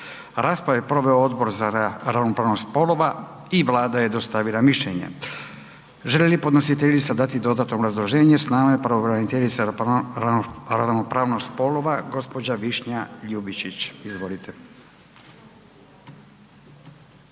Raspravu je proveo Odbor za ravnopravnost spolova i Vlada je dostavila mišljenje. Želi li podnositeljica dati dodatno obrazloženje? S nama je pravobraniteljica za ravnopravnost spolova gospođa Višnja Ljubičić, izvolite.